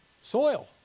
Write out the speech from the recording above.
soil